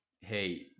hey